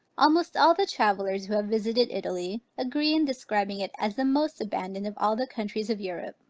almost all the travellers who have visited italy, agree in describing it as the most abandoned of all the countries of europe.